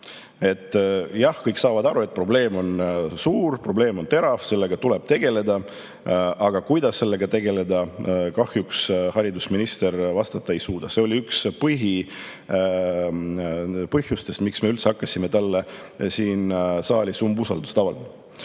Jah, kõik saavad aru, et probleem on suur, probleem on terav, sellega tuleb tegeleda – aga kuidas sellega tegeleda? Kahjuks haridusminister vastata ei suuda. See oli üks põhipõhjustest, miks me üldse hakkasime talle siin saalis umbusaldust avaldama.